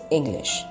English